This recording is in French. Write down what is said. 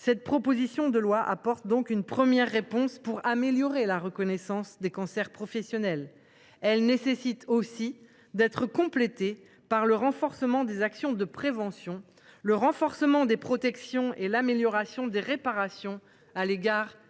Cette proposition de loi apporte donc une première réponse pour améliorer la reconnaissance des cancers professionnels. Elle doit être complétée par le renforcement des actions de prévention, le rehaussement des protections des sapeurs pompiers et l’amélioration des réparations accordées aux